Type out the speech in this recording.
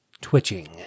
twitching